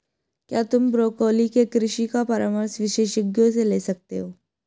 क्या तुम ब्रोकोली के कृषि का परामर्श विशेषज्ञों से ले सकते हो?